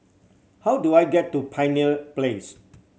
how do I get to Pioneer Place